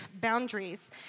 boundaries